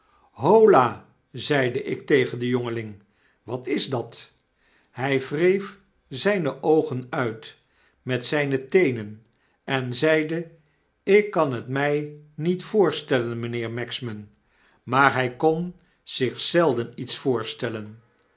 holar zeide ik tegen den jongeling wat is dat p hy wreef zijne oogen uit met zijne teenen en zeide ik kan het mij niet voorstellen mynheer magsman maar hy kon zich zelden iets voorstellen